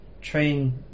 train